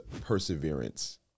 perseverance